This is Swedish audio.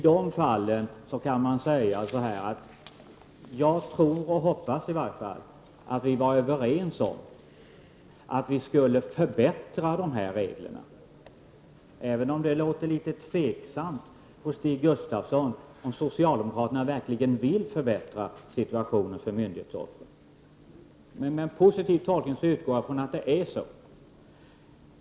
Jag tror, i varje fall hoppas jag, att vi är överens om att förbättra dessa regler, även om det på Stig Gustafsson låter som att det är litet tveksamt om socialdemokraterna verkligen vill förbättra situationen för myndighetsoffer. Med en positiv tolkning utgår jag från att detta är fallet.